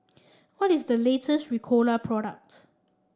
what is the latest Ricola product